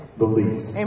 beliefs